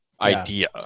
idea